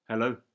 Hello